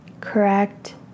correct